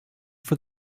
for